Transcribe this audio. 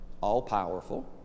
all-powerful